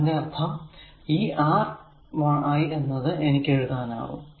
അതിന്റെ അർഥം ഈ Ri എന്നത് എനിക്കെഴുതാനാകും